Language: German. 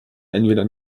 entweder